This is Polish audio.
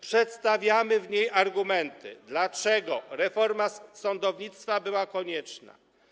Przedstawiamy w niej argumenty, dlaczego reforma sądownictwa była konieczna.